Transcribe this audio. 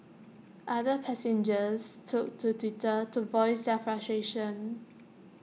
other passengers took to Twitter to voice their frustrations